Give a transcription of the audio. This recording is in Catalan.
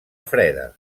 freda